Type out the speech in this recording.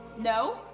No